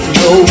no